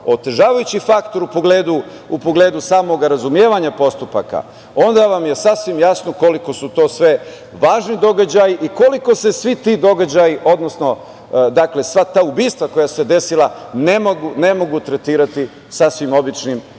otežavajući faktor u pogledu samoga razumevanja postupaka, onda vam je sasvim jasno koliko su to sve važni događaji i koliko se svi ti događaji, odnosno sva ta ubistva koja su se desila ne mogu tretirati sasvim običnim